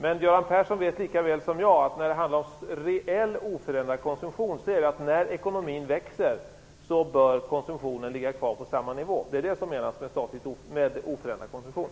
Men Göran Persson vet lika väl som jag att reell oförändrad konsumtion innebär att när ekonomin växer bör konsumtionen ligga kvar på samma nivå. Det är det som menas med oförändrad konsumtion.